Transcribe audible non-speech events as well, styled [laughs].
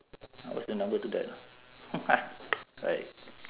what's the number to dial [laughs] right